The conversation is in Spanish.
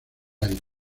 aire